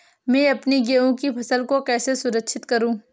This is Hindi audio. मैं अपनी गेहूँ की फसल को कैसे सुरक्षित करूँ?